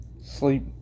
sleep